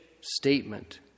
statement